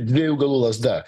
dviejų galų lazda